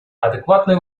адекватное